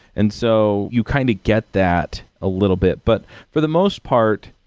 and so, you kind of get that a little bit. but for the most part,